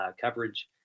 coverage